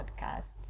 podcast